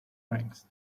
ranks